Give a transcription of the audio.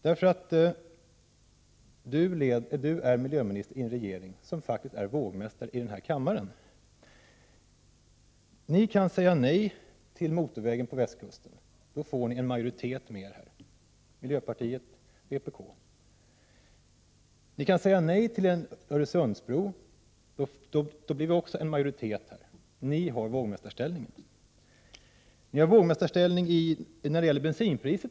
Birgitta Dahl är miljöminister i en socialdemokratisk regering, och socialdemokraterna är faktiskt vågmästare i denna kammare. Socialdemokraterna kan säga nej till motorvägen på västkusten, socialdemokraterna kan få majoritet för detta i riksdagen med hjälp av miljöpartiet och vpk. Socialdemokraterna kan säga nej till en Öresundsbro. För detta finns det också en majoritet i riksdagen. Socialdemokraterna intar en vågmästarställning. Socialdemokraterna är vågmästare t.o.m. när det gäller bensinpriset.